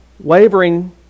Wavering